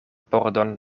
pordon